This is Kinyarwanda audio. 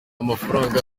mafaranga